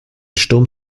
sturm